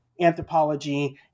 Anthropology